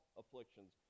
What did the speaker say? afflictions